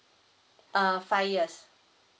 uh five years